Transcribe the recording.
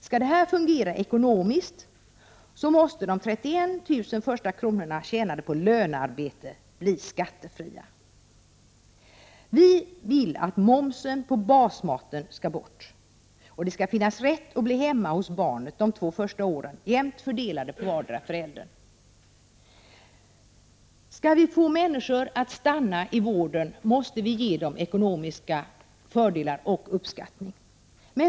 Skall detta fungera ekonomiskt måste de 31 000 första kronorna tjänade på lönearbete bli skattefria. Vi vill att momsen på basmaten skall bort. Det skall finnas rätt att bli hemma hos barnet de två första åren — jämnt fördelade på vardera föräldern. Skall vi få människor att stanna inom vården måste vi ge dem ekonomiska fördelar och uppskattning.